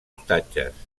ostatges